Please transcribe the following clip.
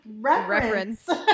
Reference